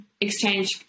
exchange